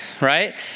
right